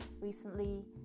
Recently